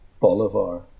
Bolivar